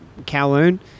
Kowloon